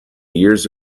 years